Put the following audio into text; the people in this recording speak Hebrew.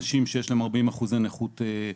מוגבלות משמעותית זה אנשים שיש להם 40% נכות ומעלה,